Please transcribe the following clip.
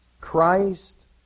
Christ